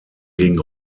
gegen